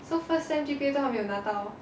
so first sem G_P_A 都还没有拿到